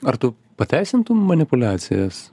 ar tu pateisintum manipuliacijas